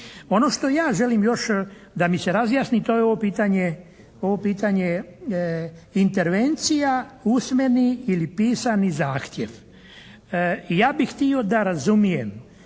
Ono što ja želim još da mi se razjasni, to je ovo pitanje intervencija, usmeni ili pisani zahtjev. Ja bih htio da razumijem